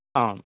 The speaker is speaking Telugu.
అవును